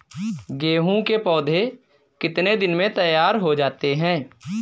गेहूँ के पौधे कितने दिन में तैयार हो जाते हैं?